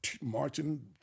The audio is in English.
marching